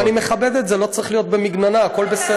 אני מכבד את זה, לא צריך להיות במגננה, הכול בסדר.